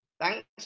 Thanks